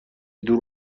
دور